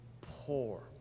poor